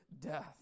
death